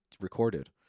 recorded